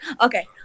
Okay